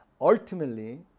ultimately